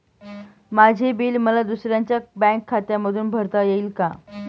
माझे बिल मला दुसऱ्यांच्या बँक खात्यातून भरता येईल का?